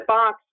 Box